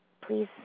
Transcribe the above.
please